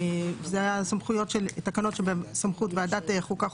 שאלו תקנות בסמכות ועדת חוקה,